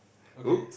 okay